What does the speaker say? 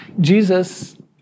Jesus